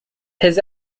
his